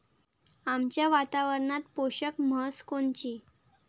आमच्या वातावरनात पोषक म्हस कोनची?